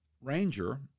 ranger